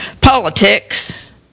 politics